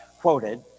quoted